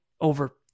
Over